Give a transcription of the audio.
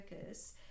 focus